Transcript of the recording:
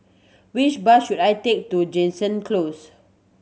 which bus should I take to Jansen Close